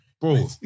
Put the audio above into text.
Bro